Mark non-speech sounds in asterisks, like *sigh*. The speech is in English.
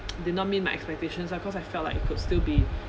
*noise* did not meet my expectation lah cause I felt like it could still be